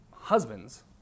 Husbands